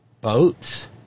boats